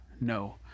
no